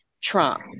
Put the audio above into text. Trump